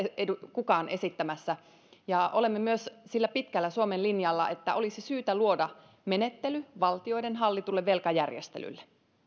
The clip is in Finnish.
kukaan esittämässä ja olemme myös sillä pitkällä suomen linjalla että olisi syytä luoda menettely valtioiden hallitulle velkajärjestelylle